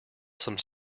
some